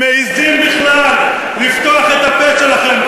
מעזים בכלל לפתוח את הפה שלכם?